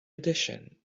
addition